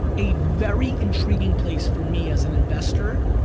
a very intriguing place for me as an investor,